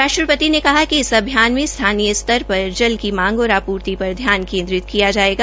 राष्ट्रपति ने कहा कि इस अभियान में स्थानीय स्तर पर जल की मांग और आपूर्ति पर ध्यान केन्द्रित किया जाएगा